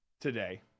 today